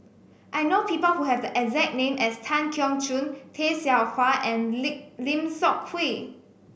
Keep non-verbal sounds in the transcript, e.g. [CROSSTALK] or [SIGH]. I know people who have the exact name as Tan Keong Choon Tay Seow Huah and [UNINTELLIGIBLE] Lim Seok Hui